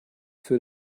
für